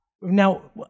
Now